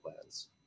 plans